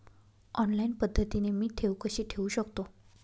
Online पद्धतीने मी ठेव कशी ठेवू शकतो?